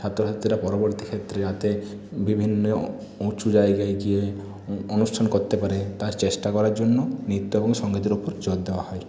ছাত্রছাত্রীরা পরবর্তী ক্ষেত্রে যাতে বিভিন্ন উঁচু জায়গায় গিয়ে অনুষ্ঠান করতে পারে তার চেষ্টা করার জন্য নৃত্য এবং সঙ্গীতের উপর জোর দেওয়া হয়